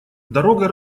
дорога